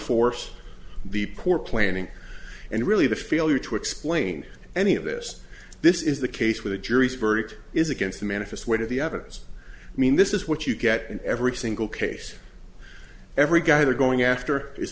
force the poor planning and really the failure to explain any of this this is the case with a jury's verdict is against the manifest weight of the evidence i mean this is what you get in every single case every guy they're going after is